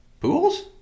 Pools